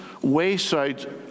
wayside